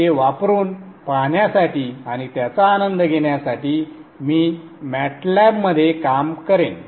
ते वापरून पाहण्यासाठी आणि त्याचा आनंद घेण्यासाठी मी MATLAB मध्ये काम करेन